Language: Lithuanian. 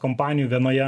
kompanijų vienoje